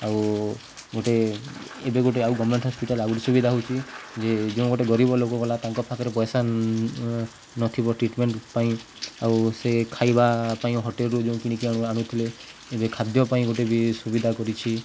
ଆଉ ଗୋଟେ ଏବେ ଗୋଟେ ଆଉ ଗମେଣ୍ଟ ହସ୍ପିଟାଲ ଆଉ ଗୋଟେ ସୁବିଧା ହଉଛି ଯେ ଯେଉଁ ଗୋଟେ ଗରିବ ଲୋକ ଗଲା ତାଙ୍କ ପାଖରେ ପଇସା ନଥିବ ଟ୍ରିଟମେଣ୍ଟ ପାଇଁ ଆଉ ସେ ଖାଇବା ପାଇଁ ହୋଟେଲରୁ ଯୋଉଁ କିଣିକି ଆ ଆଣିୁଥିଲେ ଏବେ ଖାଦ୍ୟ ପାଇଁ ଗୋଟେ ବି ସୁବିଧା କରିଛି